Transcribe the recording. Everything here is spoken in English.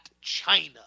China